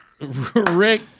Rick